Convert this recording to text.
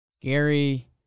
Gary